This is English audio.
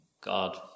God